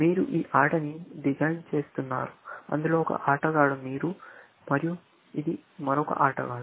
మీరు ఈ ఆటను డిజైన్ చేస్తున్నారు అందులో ఒక ఆటగాడు మీరు మరియు ఇది మరొక ఆటగాడు